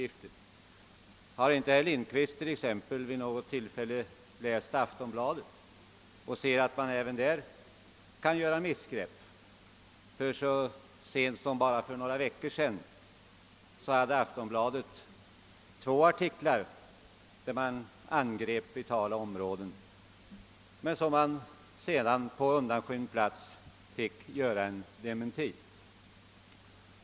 Har inte herr Lindkvist t.ex. vid något tillfälle läst Aftonbladet och sett att man även där kan göra missgrepp? Så sent som för några veckor sedan innehöll Aftonbladet två artiklar i vilka vitala områden angreps, men tidningen måste sedan — på undanskymd plats — dementera artiklarna.